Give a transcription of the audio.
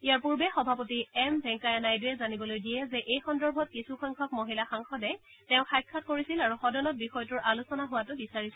ইয়াৰ পূৰ্বে সভাপতি এম ভেংকায়া নাইডুৱে জানিবলৈ দিয়ে যে এই সন্দৰ্ভত কিছু সংখ্যক মহিলা সাংসদে তেওঁক সাক্ষাৎ কৰিছিল আৰু সদনত বিষয়টোৰ আলোচনা হোৱাতো বিচাৰিছিল